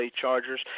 Chargers